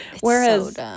whereas